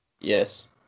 Yes